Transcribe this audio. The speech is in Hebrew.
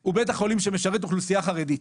הוא בית החולים שמשרת אוכלוסייה חרדית